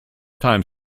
time